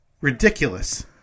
Ridiculous